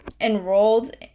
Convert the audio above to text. enrolled